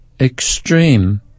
extreme